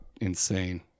Insane